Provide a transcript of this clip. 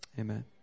Amen